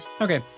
Okay